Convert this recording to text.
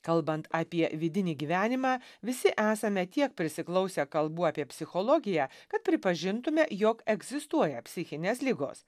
kalbant apie vidinį gyvenimą visi esame tiek prisiklausę kalbų apie psichologiją kad pripažintume jog egzistuoja psichinės ligos